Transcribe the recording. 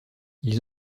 ils